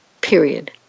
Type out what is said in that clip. period